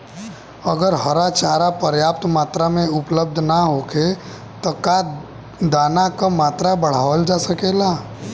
अगर हरा चारा पर्याप्त मात्रा में उपलब्ध ना होखे त का दाना क मात्रा बढ़ावल जा सकेला?